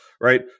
right